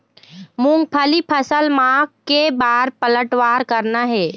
मूंगफली फसल म के बार पलटवार करना हे?